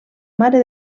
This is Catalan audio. mare